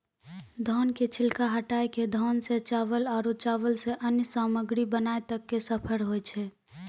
धान के छिलका हटाय कॅ धान सॅ चावल आरो चावल सॅ अन्य सामग्री बनाय तक के सफर होय छै